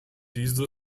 diese